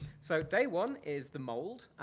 so, day one is the mold.